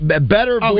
Better